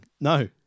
No